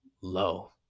low